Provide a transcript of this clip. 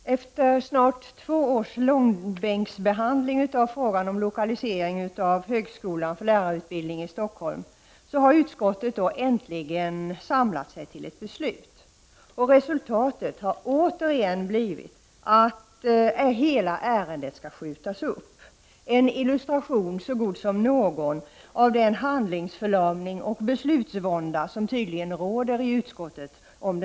Herr talman! Efter snart två års långbänksbehandling av frågan om lokalisering av högskolan för lärarutbildning i Stockholm har utskottet äntligen samlat sig till ett beslut. Resultatet har återigen blivit att hela ärendet skall skjutas upp — en illustration så god som någon av den handlingsförlamning och beslutsvånda som tydligen råder i utskottet.